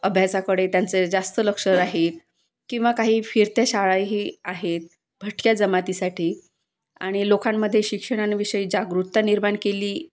अभ्यासाकडे त्यांचं जास्त लक्ष राहील किंवा काही फिरत्या शाळाही आहेत भटक्या जमातीसाठी आणि लोकांमध्ये शिक्षणांविषयी जागरूकता निर्माण केली